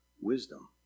wisdom